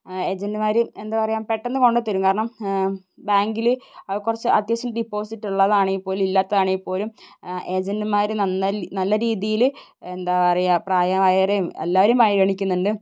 ഏജന്റുമാർ എന്താ പറയുക പെട്ടന്ന് കൊണ്ടുത്തരും കാരണം ബാങ്കിൽ കുറച്ച് അത്യാവശ്യം ഡിപ്പോസിറ്റ് ഉള്ളതാണെങ്കിൽപ്പോലും ഇല്ലാത്തതാണെങ്കിൽപ്പോലും ഏജന്റുമാർ നല്ല രീതിയിൽ എന്താ പറയുക പ്രായമായവരെയും എല്ലാവരെയും പരിഗണിക്കുന്നുണ്ട്